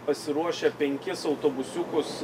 pasiruošę penkis autobusiukus